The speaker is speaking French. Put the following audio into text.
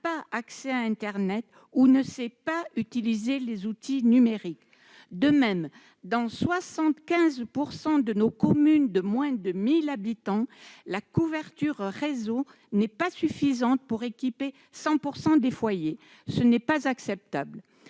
accès à internet ou ne sait pas utiliser les outils numériques. De même, dans 75 % de nos communes de moins de 1 000 habitants, la couverture par le réseau n'est pas suffisante pour équiper 100 % des foyers. Ce n'est pas acceptable